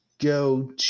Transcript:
go